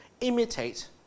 imitate